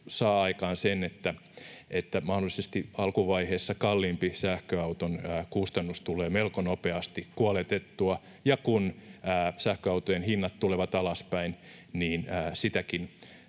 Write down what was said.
saa aikaan sen, että mahdollisesti alkuvaiheessa kalliimpi sähköauton kustannus tulee melko nopeasti kuoletettua, ja kun sähköautojen hinnat tulevat alaspäin, niin sitäkin